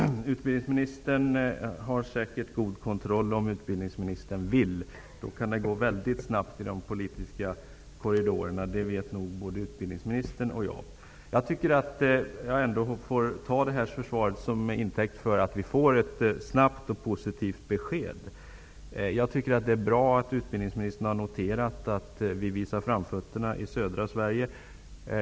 Herr talman! Utbildningsministern har säkert god kontroll om utbildningsministern vill. Då kan det gå snabbt i de politiska korridorerna. Det vet både utbildningsminstern och jag. Jag tycker att jag får ta detta svar till intäkt för att det kommer att bli ett snabbt och positivt besked. Jag tycker att det är bra att utbildningsministern har noterat att vi visar framfötterna i södra Sverige.